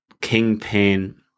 kingpin